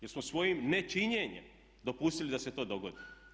Jesmo svojim nečinjenjem dopustili da se to dogodi?